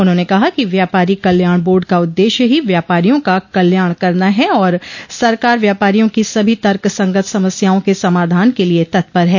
उन्होंने कहा कि व्यापारी कल्याण बोर्ड का उद्देश्य ही व्यापारियों का कल्याण करना है और सरकार व्यापारियों की सभी तर्कसंगत समस्याओं के समाधान के लिए तत्पर है